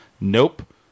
Nope